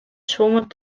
zwommen